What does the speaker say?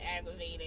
aggravated